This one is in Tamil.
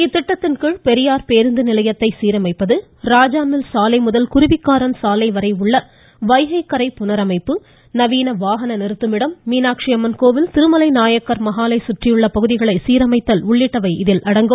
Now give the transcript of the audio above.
இத்திட்டத்தின்கீழ் பெரியார் பேருந்து நிலையத்தை சீரமைப்பது ராஜா மில் சாலை முதல் குருவிக்காரன் சாலை வரை உள்ள வைகை கரை புனரமைப்பு நவீன வாகன நிறுத்துமிடம் மீனாட்சியம்மன் கோவில் திருமலை நாயக்கர் மஹாலை சுற்றியுள்ள பகுதிகளை சீரமைத்தல் உள்ளிட்டவை இதில் அடங்கும்